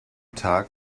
tag